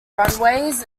runways